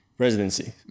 residency